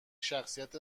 شخصیت